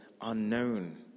unknown